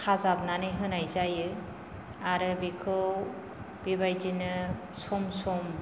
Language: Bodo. खाजाबनानै होनाय जायो आरो बेखौ बेबायदिनो सम सम